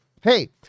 Hey